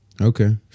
Okay